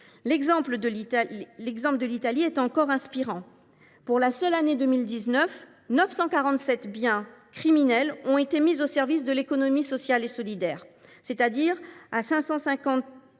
l’exemple de l’Italie est inspirant : pour la seule année 2019, 947 biens criminels ont été mis au service de l’économie sociale et solidaire. Ils ont